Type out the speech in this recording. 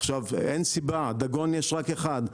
עכשיו אין סיבה דגון יש רק אחד,